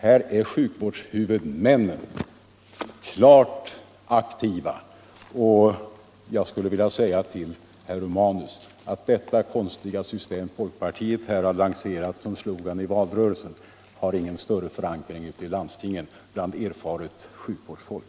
Här är sjukvårdshuvudmännen klart aktiva, och jag vill säga till herr Romanus att det konstiga system folkpartiet har lanserat som slogan i valrörelsen har ingen större förankring ute i landstingen bland erfaret sjukvårdsfolk.